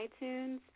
iTunes